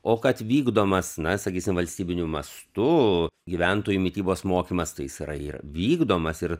o kad vykdomas na sakysim valstybiniu mastu gyventojų mitybos mokymas tai jis yra vykdomas ir